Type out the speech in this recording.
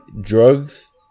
drugs